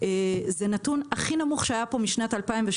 זה הנתון הכי נמוך שהיה פה משנת 2018,